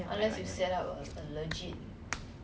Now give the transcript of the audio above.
netball's ball